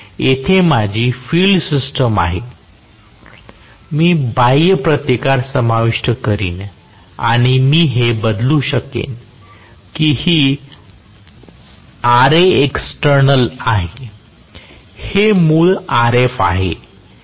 येथे माझी field system आहे मी बाह्य प्रतिकार समाविष्ट करीन आणि मी हे बदलू शकेन की ही Rexternalf आहे हे मूळ Rf आहे